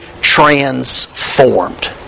transformed